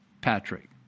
Patrick